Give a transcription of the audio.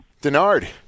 Denard